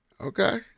Okay